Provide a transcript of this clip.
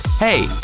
Hey